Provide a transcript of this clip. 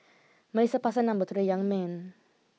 Melissa passed her number to the young man